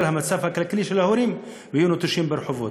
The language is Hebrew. המצב הכלכלי של ההורים ויהיו נטושים ברחובות.